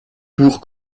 pour